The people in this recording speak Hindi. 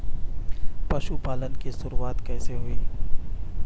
पशुपालन की शुरुआत कैसे हुई?